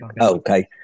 Okay